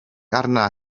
arni